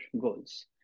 goals